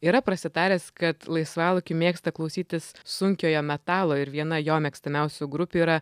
yra prasitaręs kad laisvalaikiu mėgsta klausytis sunkiojo metalo ir viena jo mėgstamiausių grupių yra